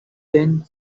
then